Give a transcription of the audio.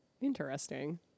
Interesting